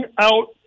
out